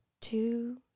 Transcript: two